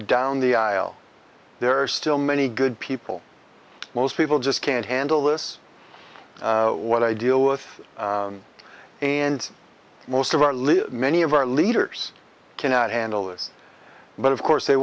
down the aisle there are still many good people most people just can't handle this what i deal with and most of our lives many of our leaders cannot handle this but of course they